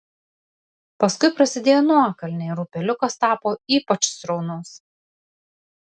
paskui prasidėjo nuokalnė ir upeliukas tapo ypač sraunus